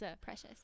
precious